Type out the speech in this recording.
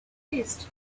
list